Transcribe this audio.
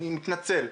אני מתנצל.